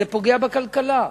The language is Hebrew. זה פוגע בכלכלה.